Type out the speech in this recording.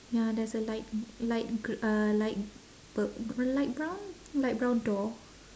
ya there's a light light gr~ uh light b~ light brown light brown door